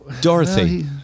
Dorothy